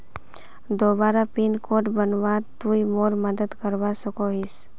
दोबारा pin code बनवात तुई मोर मदद करवा सकोहिस?